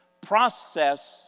process